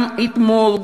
גם אתמול,